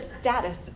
status